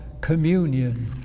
communion